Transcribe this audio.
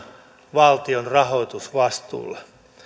valtion rahoitusvastuulla